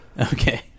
Okay